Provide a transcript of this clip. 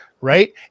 right